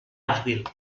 avril